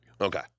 Okay